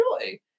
Enjoy